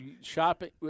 shopping –